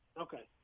Okay